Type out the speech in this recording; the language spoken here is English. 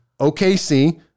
OKC